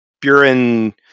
Buren